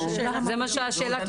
זו שאלת השאלות.